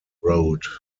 road